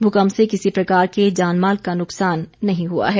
भूकंप से किसी प्रकार के जानमाल का नुकसान नहीं हुआ है